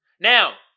Now